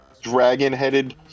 dragon-headed